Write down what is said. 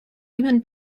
human